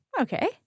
Okay